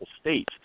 states